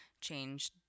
change